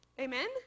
amen